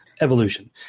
Evolution